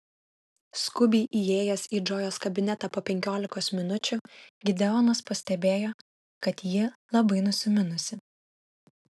skubiai įėjęs į džojos kabinetą po penkiolikos minučių gideonas pastebėjo kad ji labai nusiminusi